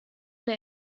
der